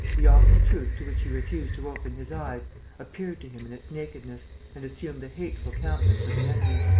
the awful truth to which he refused to open his eyes appeared to him in its nakedness and assumed the hateful countenance of the enemy.